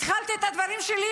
התחלתי את הדברים שלי,